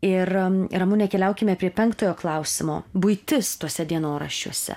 ir ramune keliaukime prie penktojo klausimo buitis tuose dienoraščiuose